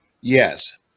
Yes